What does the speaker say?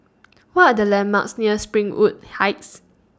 What Are The landmarks near Springwood Heights